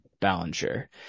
Ballinger